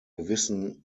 gewissen